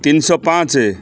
ତିନିଶହ ପାଞ୍ଚ